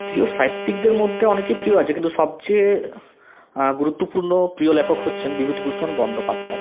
প্রিয় সাহিত্যিকদের মধ্যে অনেকেই প্রিয় আচে কিন্তু সবচেয়ে গুরুত্বপূর্ণ প্রিয় লেখক হচ্ছেন বিভূতিভূষণ বন্দ্যোপাধ্যায়